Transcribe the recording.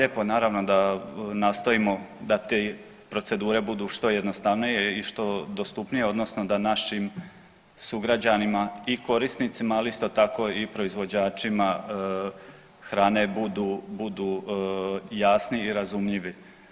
Hvala lijepo, naravno da nastojimo da te procedure budu što jednostavnije i što dostupnije odnosno da našim sugrađanima i korisnicima, ali isto tako i proizvođačima hrane budu, budu jasni i razumljivi.